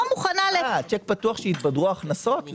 מוכנה --- שיק פתוח כשיתבדרו ההכנסות?